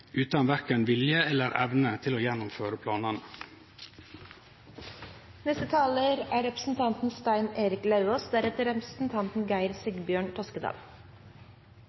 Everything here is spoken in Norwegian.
utan verken vilje eller evne til å gjennomføre